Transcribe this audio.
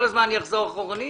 כל הזמן אני אחזור אחורנית?